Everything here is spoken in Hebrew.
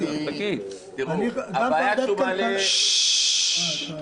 הכנסת אלעזר שטרן.